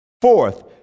Fourth